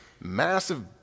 massive